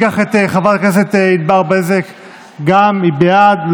ניקח את ענבר בזק, גם היא בעד.